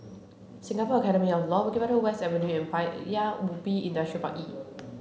Singapore Academy of Law Bukit Batok West Avenue and Paya Ubi Industrial Park E